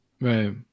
Right